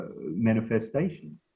manifestation